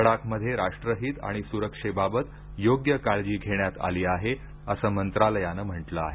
लडाखमध्ये राष्ट्रहित आणि सुरक्षेबाबत योग्य काळजी घेण्यात आली आहे असं मंत्रालयानं म्हटलं आहे